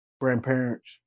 Grandparents